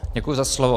Děkuji za slovo.